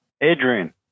Adrian